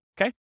Okay